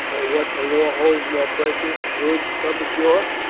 or what the law holds more precious, goods, come ashore?